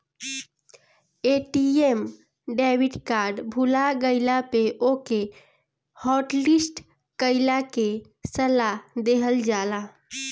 ATM debit card भूला गईला पे ओके हॉटलिस्ट कईला के सलाह देहल जाला